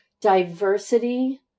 diversity